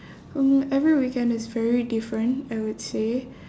hmm every weekend is very different I would say